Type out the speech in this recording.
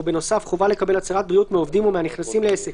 ובנוסף חובה לקבל הצהרת בריאות מעובדים ומהנכנסים לעסק